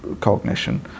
cognition